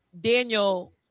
Daniel